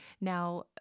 Now